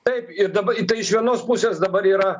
taip ir dabar tai iš vienos pusės dabar yra